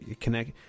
connect